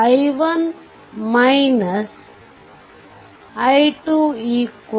i1 i25